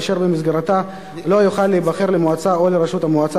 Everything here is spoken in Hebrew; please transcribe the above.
כאשר במסגרתה לא יוכל להיבחר למועצה או לראשות המועצה